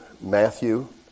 Matthew